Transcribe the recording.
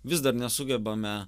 vis dar nesugebame